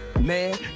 Man